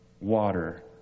water